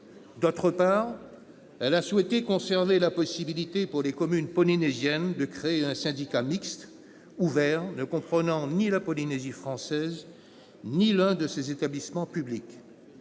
d'autre part, elle a souhaité conserver la possibilité, pour les communes polynésiennes, de créer un syndicat mixte ouvert ne comprenant ni la Polynésie française ni l'un de ses établissements publics.